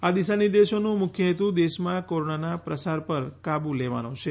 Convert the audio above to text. આ દિશા નિર્દેશોનો મુખ્ય હેતુ દેશમાં કોરોનાના પ્રસાર પર કાબૂ લેવાનો છે